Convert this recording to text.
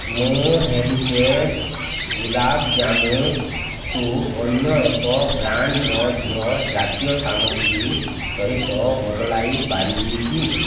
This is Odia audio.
ମୁଁ ହେରିଟେଜ୍ ଗୁଲାବ୍ ଜାମୁ କୁ ଅନ୍ୟ ଏକ ବ୍ରାଣ୍ଡ୍ର ଘିଅ ଜାତୀୟ ସାମଗ୍ରୀ ସହିତ ବଦଳାଇ ପାରିବି କି